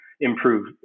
improve